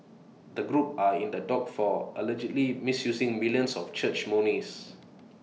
the group are in the dock for allegedly misusing millions of church monies